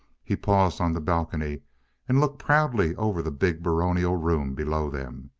he paused on the balcony and looked proudly over the big, baronial room below them.